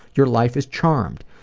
your life is charmed.